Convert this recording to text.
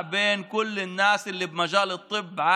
דעים בין כל האנשים שבתחום הרפואה בעולם: